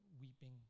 weeping